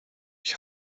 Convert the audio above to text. ich